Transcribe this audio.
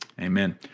amen